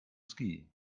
ski